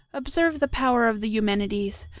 observe the power of the eumenides!